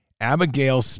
Abigail